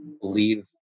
believe